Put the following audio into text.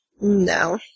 No